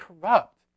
corrupt